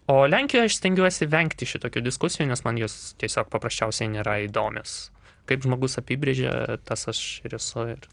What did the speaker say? o lenkijoj aš stengiuosi vengti šitokių diskusijų nes man jos tiesiog paprasčiausiai nėra įdomios kaip žmogus apibrėžia tas aš ir esu ir